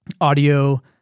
audio